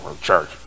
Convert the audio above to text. church